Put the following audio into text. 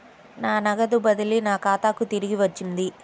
నా నగదు బదిలీ నా ఖాతాకు తిరిగి వచ్చింది